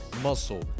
muscle